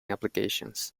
applications